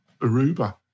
Aruba